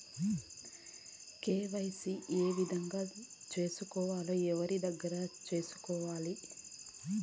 KYC ఏ విధంగా సేసుకోవాలి? ఎవరి దగ్గర సేసుకోవాలి?